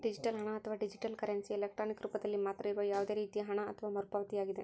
digital ಹಣ, ಅಥವಾ digital currency, electronic ರೂಪದಲ್ಲಿ ಮಾತ್ರ ಇರುವ ಯಾವುದೇ ರೇತಿಯ ಹಣ ಅಥವಾ ಪಾವತಿಯಾಗಿದೆ